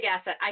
asset